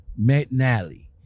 McNally